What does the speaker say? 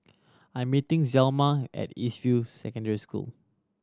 I am meeting Zelma at East View Secondary School